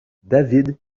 david